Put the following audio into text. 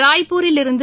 ராய்ப்பூரிலிருந்து